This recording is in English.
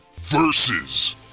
versus